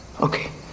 Okay